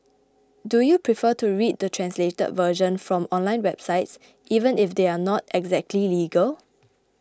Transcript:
do you prefer to read the translated version from online websites even if they are not exactly legal